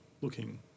looking